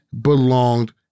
belonged